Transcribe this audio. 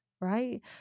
right